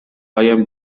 پایم